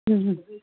ꯎꯝ ꯎꯝ